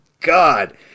God